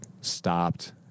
stopped